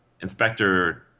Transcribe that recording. Inspector